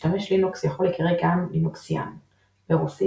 משתמש לינוקס יכול להיקרא גם "לינוקסיאן"; ברוסית